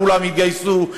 כולם יתגייסו,